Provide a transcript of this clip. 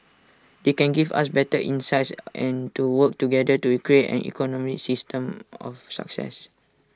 they can give us better insights and to work together to create an economy system of success